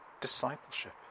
discipleship